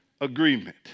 agreement